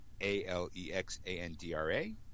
A-L-E-X-A-N-D-R-A